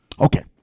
Okay